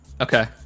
okay